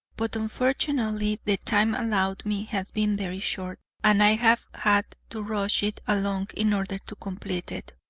but unfortunately the time allowed me has been very short, and i have had to rush it along in order to complete it.